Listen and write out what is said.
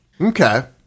Okay